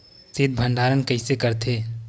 शीत भंडारण कइसे करथे?